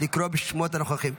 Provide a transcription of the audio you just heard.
לקרוא בשמות הנוכחים.